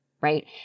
right